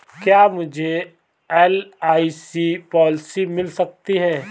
क्या मुझे LIC policy मिल सकती है?